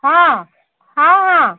ହଁ ହଁ ହଁ